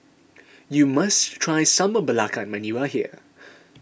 you must try Sambal Belacan when you are here